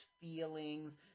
feelings